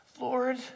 Lord